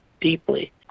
deeply